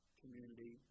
community